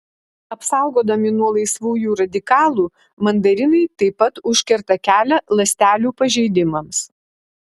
apsaugodami nuo laisvųjų radikalų mandarinai taip pat užkerta kelią ląstelių pažeidimams